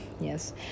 Yes